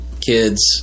kids